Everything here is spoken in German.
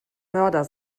mörder